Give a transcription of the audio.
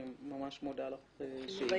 אני ממש מודה לך שבאת,